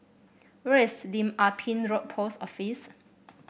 where is Lim Ah Pin Road Post Office